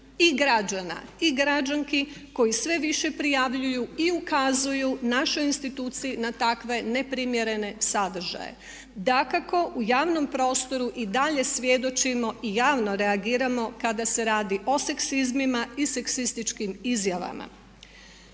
i građana i građanki koji sve više prijavljuju i ukazuju našoj instituciji na takve ne primjerene sadržaje. Dakako u javnom prostoru i dalje svjedočimo i javno reagiramo kada se radi o seksizmima i seksističkim izjavama.